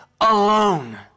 alone